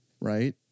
right